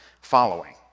following